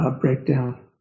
breakdown